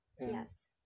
Yes